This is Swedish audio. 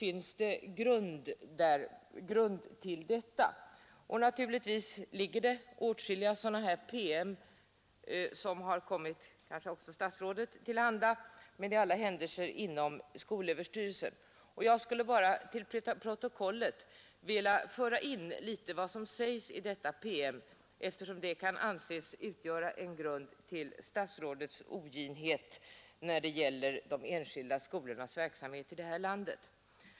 Åtskilliga promemorior har upprättats inom skolöverstyrelsen, och några av dem har kanske också kommit statsrådet till handa. Jag skulle i protokollet vilja få infört litet av vad som sägs i en att driva enskilda skolor att driva enskilda skolor promemoria, eftersom det kan ansés utgöra en grund för statsrådets oginhet när det gäller de enskilda skolornas verksamhet här i landet.